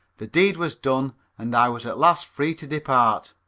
the deed was done and i was at last free to depart.